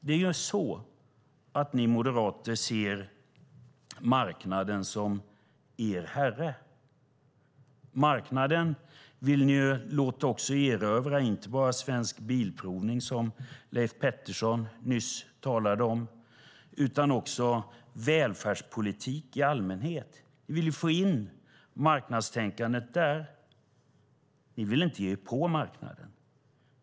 Ni moderater, Peter Norman, ser marknaden som er herre. Ni vill låta marknaden erövra inte bara Svensk Bilprovning, som Leif Pettersson nyss talade om, utan också välfärdspolitiken i allmänhet. Ni vill få in marknadstänkandet där. Ni vill inte ge er på marknaden.